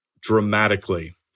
dramatically